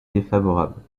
défavorable